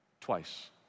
Twice